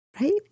right